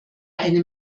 eine